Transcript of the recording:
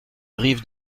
rives